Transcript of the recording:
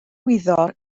wyddor